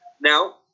Now